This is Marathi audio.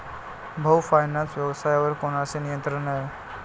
भाऊ फायनान्स व्यवसायावर कोणाचे नियंत्रण आहे?